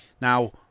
Now